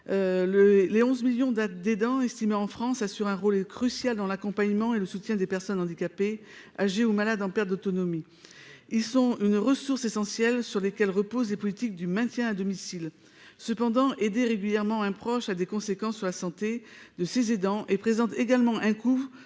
Lay 11 millions datent dents estimait en France, assure un rôle crucial dans l'accompagnement et le soutien des personnes handicapées, âgées ou malades en perte d'autonomie, ils sont une ressource essentielle sur lesquels reposent et politique du maintien à domicile cependant et des régulièrement un proche a des conséquences sur la santé de ces aidants et présente également un coût